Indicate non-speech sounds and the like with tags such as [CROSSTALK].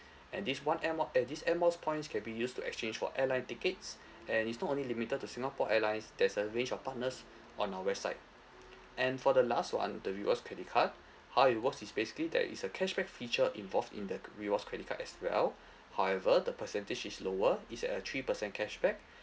and this one air mile and this one air mile points can be used to exchange for airline tickets [BREATH] and it's not only limited to singapore airline there's a range of partners [BREATH] on our website and for the last one the rewards credit card [BREATH] how it works is basically there is a cashback feature involved in the rewards credit card as well [BREATH] however the percentage is lower it's a three percent cashback [BREATH]